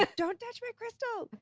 but don't touch my crystals!